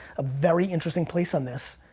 a very interesting place on this.